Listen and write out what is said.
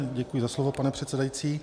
Děkuji za slovo, pane předsedající.